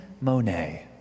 Monet